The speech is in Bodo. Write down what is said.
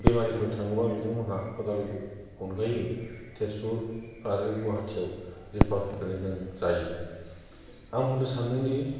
बेमारिफोर थाङोबा बिथांमोनहा उदालगुरि अनगायैबो थेजपुर आरो गुवाहाथियाव रिफार होनो गोनां जायो आं बुंनो सानदोंदि